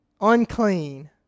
Unclean